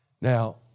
Now